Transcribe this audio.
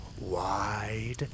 Wide